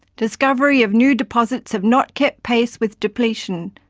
discovery of new deposits have not kept pace with depletion,